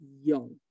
young